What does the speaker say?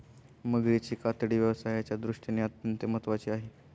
मगरीची कातडी व्यवसायाच्या दृष्टीने अत्यंत महत्त्वाची आहे